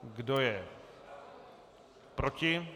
Kdo je proti?